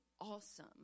awesome